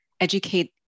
educate